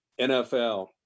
NFL